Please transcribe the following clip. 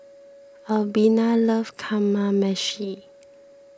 Albina loves Kamameshi